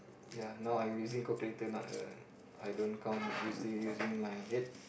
ya now I using calculator not uh I don't count using using my head